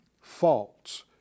False